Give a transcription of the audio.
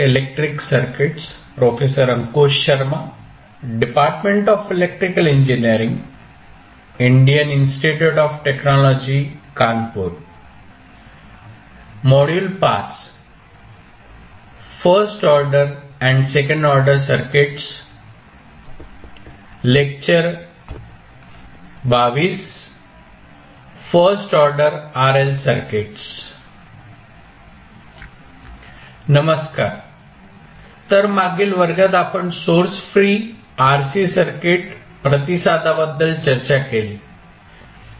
नमस्कार तर मागील वर्गात आपण सोर्स फ्री RC सर्किट प्रतिसादाबद्दल चर्चा केली